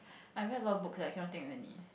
I read a lot of books eh I cannot think of any